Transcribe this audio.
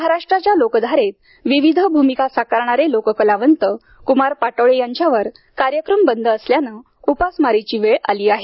महाराष्ट्राच्या लोकधारेत विविध भूमिका साकारणारे लोककलावंत कुमार पाटोळे यांच्यावर कार्यक्रम बंद असल्याने उपासमारीची वेळ आली आहे